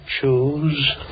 choose